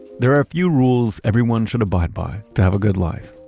there are a few rules everyone should abide by to have a good life.